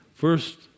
First